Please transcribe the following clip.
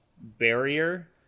barrier